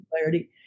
clarity